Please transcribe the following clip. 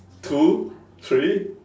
two three